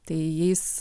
tai jais